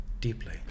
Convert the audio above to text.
Deeply